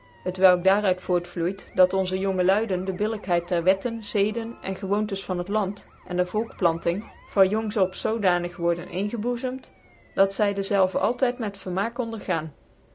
t welk daar uit voortvloeit dat onze jonge luiden dc billikheid der wetten zeden en gewoontens van het land en der volkplanting van jongs op zoodanig worden ingeboezemd dat zy dezelve altyd met vermaak